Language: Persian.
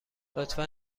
لطفا